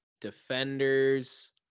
Defenders